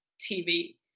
TV